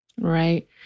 Right